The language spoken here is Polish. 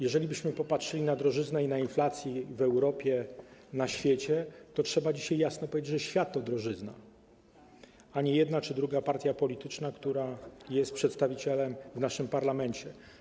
Jeżeli byśmy popatrzyli na drożyznę i na inflację w Europie, na świecie, to trzeba dzisiaj jasno powiedzieć, że świat to drożyzna, a nie jedna czy druga partia polityczna, która jest przedstawicielem w naszym parlamencie.